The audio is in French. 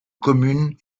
communes